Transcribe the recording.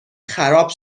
خراب